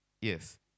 Yes